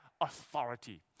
authority